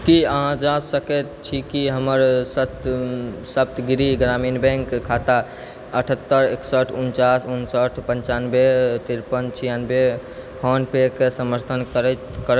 की अहाँ जाँचि सकै छी कि हमर सप्तगिरी ग्रामीण बैंक खाता अठहत्तर एकसठ उनचास उनसठ पनचानवे तिरपन छियानवे फोन पेके समर्थन करत